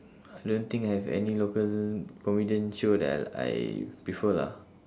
I don't think I have any local comedian show that I I prefer lah